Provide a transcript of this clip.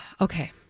Okay